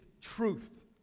truth